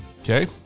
Okay